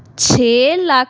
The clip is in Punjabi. ਛੇ ਲੱਖ